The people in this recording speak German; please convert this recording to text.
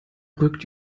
rückt